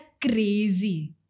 crazy